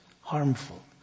harmful